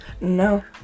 No